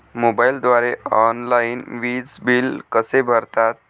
मोबाईलद्वारे ऑनलाईन वीज बिल कसे भरतात?